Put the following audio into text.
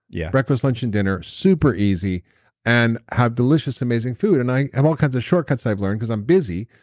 yeah breakfast, lunch, and dinner super easy and have delicious amazing food. and i have all kinds of shortcuts i've learned because i'm busy,